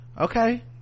okay